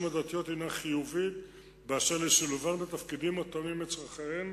הדתיות הינה חיובית באשר לשילובן בתפקידים התואמים את צורכיהן.